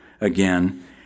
again